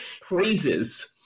praises